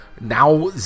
now